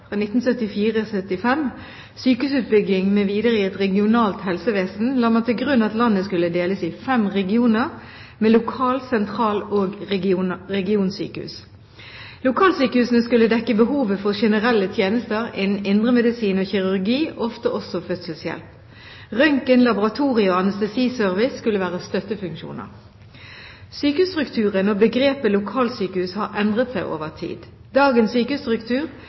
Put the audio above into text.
i et regionalt helsevesen, la man til grunn at landet skulle deles i fem regioner, med lokal-, sentral- og regionsykehus. Lokalsykehusene skulle dekke behovet for generelle tjenester innen indremedisin og kirurgi, ofte også fødselshjelp. Røntgen-, laboratorie- og anestesiservice skulle være støttefunksjoner. Sykehusstrukturen og begrepet lokalsykehus har endret seg over tid. Dagens sykehusstruktur